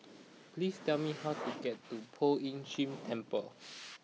please tell me how to get to Poh Ern Shih Temple